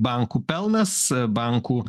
bankų pelnas bankų